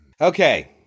Okay